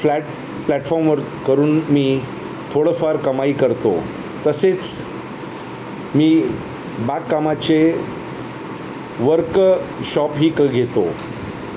flat प्लॅटफॉर्मवर करून मी थोडंफार कमाई करतो तसेच मी बागकामाचे वर्कशॉप ही क घेतो